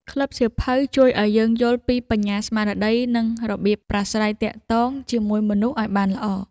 ក្លឹបសៀវភៅជួយឱ្យយើងយល់ពី បញ្ញាស្មារតី និងរបៀបប្រាស្រ័យទាក់ទងជាមួយមនុស្សឱ្យបានល្អ។